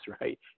right